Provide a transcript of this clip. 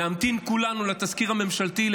אלא להמתין כולנו לתזכיר הממשלתי,